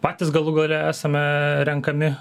patys galų gale esame renkami